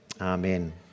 Amen